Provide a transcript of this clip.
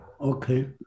Okay